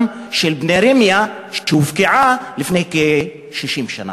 של בני ראמיה שהופקעה לפני כ-60 שנה.